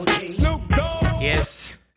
Yes